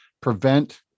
Prevent